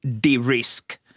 de-risk